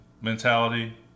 mentality